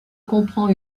comprend